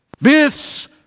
myths